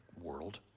world